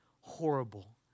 horrible